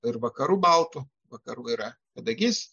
ir vakarų baltų vakarų yra kadagys